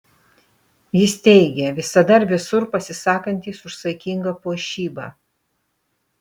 jis teigia visada ir visur pasisakantis už saikingą puošybą